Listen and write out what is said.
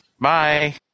Bye